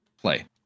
play